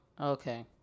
Okay